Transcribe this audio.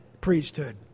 priesthood